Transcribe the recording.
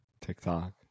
TikTok